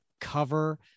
cover